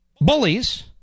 bullies